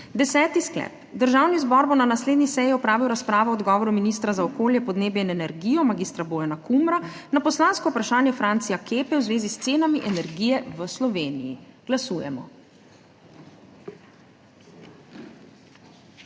Deseti sklep: Državni zbor bo na naslednji seji opravil razpravo o odgovoru ministra za okolje, podnebje in energijo mag. Bojana Kumra na poslansko vprašanje Francija Kepe v zvezi s cenami energije v Sloveniji. Glasujemo.